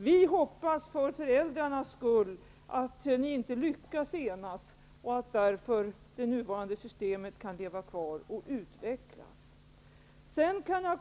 Vi hoppas, för föräldrarnas skull, att ni inte lyckas enas, så att det nuvarande systemet kan leva kvar och utvecklas.